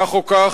כך או כך,